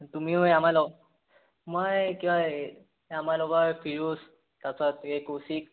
তুমিও আমাৰ লগ মই কিবা এই আমাৰ লগৰ ফিৰোজ তাৰপাছত এই কৌশিক